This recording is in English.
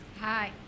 Hi